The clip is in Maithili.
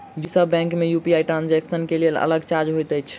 की सब बैंक मे यु.पी.आई ट्रांसजेक्सन केँ लेल अलग चार्ज होइत अछि?